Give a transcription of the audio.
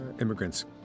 immigrants